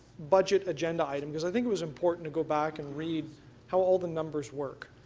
budget agenda item because i think it was important to go back and read how all the numbers work.